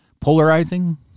Polarizing